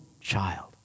child